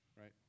right